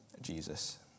Jesus